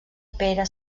pere